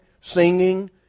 singing